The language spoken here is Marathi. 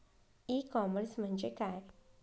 ई कॉमर्स म्हणजे काय?